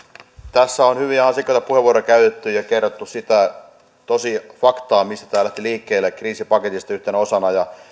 tässä on hyviä ja ansiokkaita puheenvuoroja käytetty ja kerrattu sitä faktaa mistä tämä lähti liikkeelle eli kriisipaketin yhtenä osana